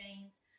james